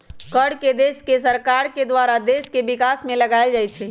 कर के देश के सरकार के द्वारा देश के विकास में लगाएल जाइ छइ